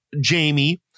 Jamie